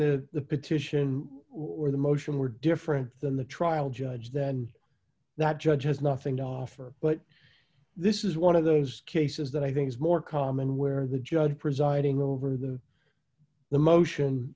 hearing the petition or the motion were different than the trial judge then that judge has nothing to offer but this is one of those cases that i think is more common where the judge presiding over the motion